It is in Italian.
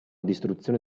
distruzione